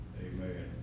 Amen